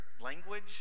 language